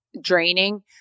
draining